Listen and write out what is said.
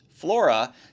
Flora